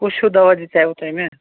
کُس ہیٛوٗ دَوا دِژاوٕ تۄہہِ مےٚ